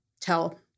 tell